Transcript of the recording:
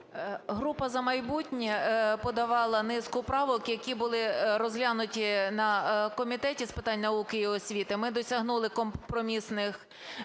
Група "За майбутнє" подавала низку правок, які були розглянуті на Комітеті з питань науки і освіти. Ми досягнули компромісних